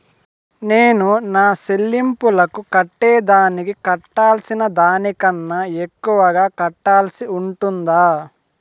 నేను నా సెల్లింపులకు కట్టేదానికి కట్టాల్సిన దానికన్నా ఎక్కువగా కట్టాల్సి ఉంటుందా?